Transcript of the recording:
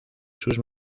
sus